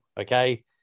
Okay